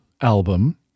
album